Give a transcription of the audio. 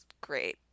great